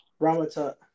Ramatut